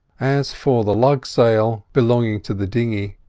as for the lug-sail belonging to the dinghy,